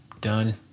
done